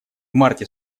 марте